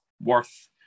worth